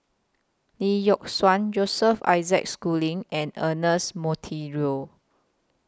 Lee Yock Suan Joseph Isaac Schooling and Ernest Monteiro